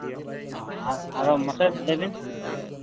ᱟᱫᱚ ᱢᱟᱥᱮ ᱞᱟᱹᱭ ᱵᱤᱱ